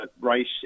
race